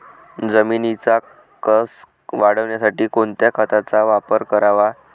जमिनीचा कसं वाढवण्यासाठी कोणत्या खताचा वापर करावा?